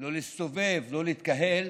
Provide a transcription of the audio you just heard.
לא להסתובב לא להתקהל,